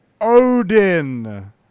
Odin